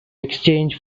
exchange